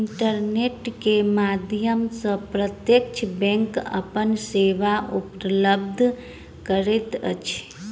internet के माध्यम सॅ प्रत्यक्ष बैंक अपन सेवा उपलब्ध करैत अछि